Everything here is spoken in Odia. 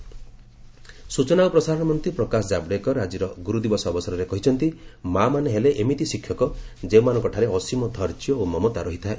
ଜାବ୍ଡେକର ଟିଚର୍ସ ଡେ ସ୍ଚଚନା ଓ ପ୍ରସାରଣ ମନ୍ତ୍ରୀ ପ୍ରକାଶ ଜାବ୍ଡେକର ଆଜିର ଗୁରୁଦିବସ ଅବସରରେ କହିଛନ୍ତି ମା'ମାନେ ହେଲେ ଏମିତି ଶିକ୍ଷକ ଯେଉଁମାନଙ୍କଠାରେ ଅସୀମ ଧୈର୍ଯ୍ୟ ଓ ମମତା ରହିଥାଏ